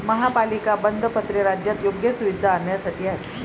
महापालिका बंधपत्रे राज्यात योग्य सुविधा आणण्यासाठी आहेत